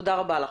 תודה רבה לך.